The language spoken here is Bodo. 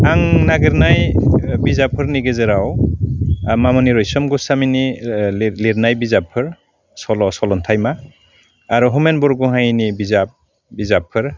आं नागिरनाय बिजाबफोरनि गेजेराव मामुनि रैसम ग'स्वामिनि लिद लिदनाय बिजाबफोर सल' सल'न्थाइमा आरो हमेन बरग'हायनि बिजाब बिजाबफोर